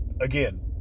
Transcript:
again